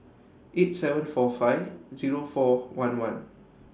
eight seven four five Zero four one one